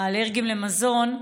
האלרגיים למזון.